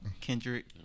Kendrick